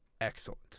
Excellent